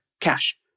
cash